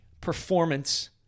performance